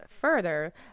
further